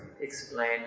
explain